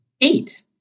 eight